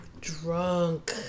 drunk